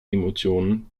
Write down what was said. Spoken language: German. emotionen